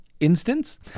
instance